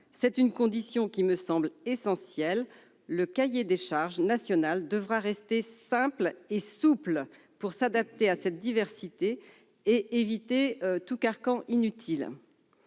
C'est une condition qui me semble essentielle : le cahier des charges national devra rester simple et souple pour s'adapter à cette diversité et éviter tout carcan inutile.